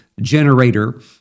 generator